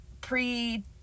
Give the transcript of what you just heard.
pre